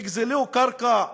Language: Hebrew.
תגזלו קרקע,